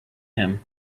him